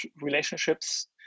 relationships